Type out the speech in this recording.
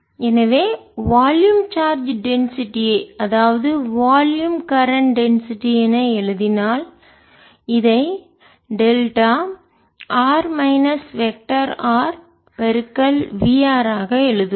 எனவே volume charge density அடர்த்தி ஐ அதாவது வால்யும் கரண்ட் டென்சிட்டி அடர்த்தி என எழுதினால் இதை delta R minus vector R v r ஆக எழுதுவோம்